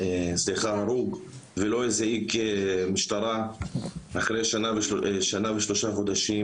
הרוג ולא הזעיק משטרה אחרי שנה ושלושה חודשים.